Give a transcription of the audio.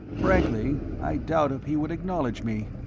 frankly, i doubt if he would acknowledge me.